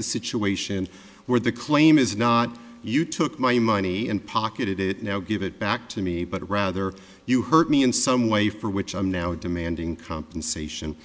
the situation where the claim is not you took my money and pocketed it now give it back to me but rather you hurt me in some way for which i'm now demanding compensation